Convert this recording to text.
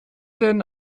den